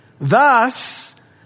Thus